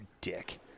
dick